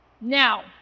now